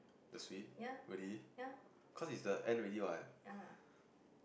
ya ya ya lah